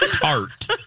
tart